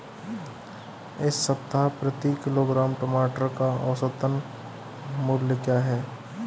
इस सप्ताह प्रति किलोग्राम टमाटर का औसत मूल्य क्या है?